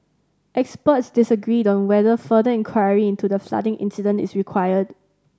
experts disagreed on whether further inquiry into the flooding incident is required